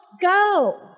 go